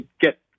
get